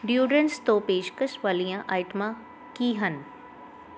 deodorants ਤੋਂ ਪੇਸ਼ਕਸ਼ ਵਾਲੀਆਂ ਆਈਟਮਾਂ ਕੀ ਹਨ